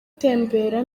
utembera